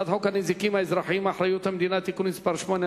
הצעת חוק הנזיקים האזרחיים (אחריות המדינה) (תיקון מס' 8),